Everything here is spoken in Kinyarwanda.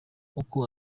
uko